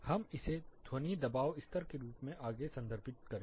हम इसे ध्वनि दबाव स्तर के रूप में आगे संदर्भित करेंगे